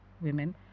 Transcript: women